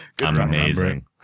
Amazing